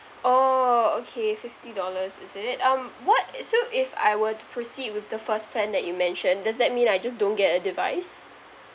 oh okay fifty dollars is it um what it's so if I were to proceed with the first plan that you mentioned does that mean I just don't get a device